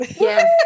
Yes